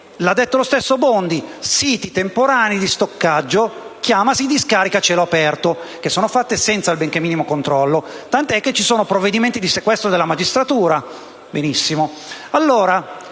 Lo ha detto lo stesso Bondi, definendole «siti temporanei di stoccaggio», che altro non sono che discariche a cielo aperto, che sono fatte senza il benché minimo controllo, tant'è che ci sono provvedimenti di sequestro della magistratura. Benissimo.